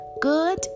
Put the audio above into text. Good